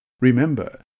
Remember